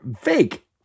fake